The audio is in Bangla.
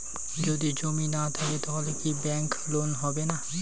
যদি জমি না থাকে তাহলে কি ব্যাংক লোন হবে না?